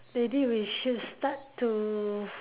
maybe we should start to